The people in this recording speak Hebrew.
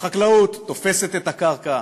החקלאות תופסת את הקרקע,